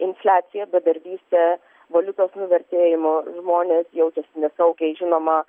infliacija bedarbystė valiutos nuvertėjimo žmonės jaučiasi nesaugiai žinoma